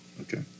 Okay